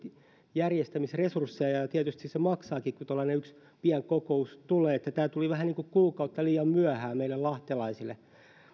järjestämisresursseja ja ja tietysti se maksaakin kun tuollainen yksi pieni kokous tulee niin että tämä päätöksenteko tuli vähän niin kuin kuukautta liian myöhään meille lahtelaisille